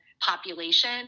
population